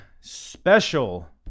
special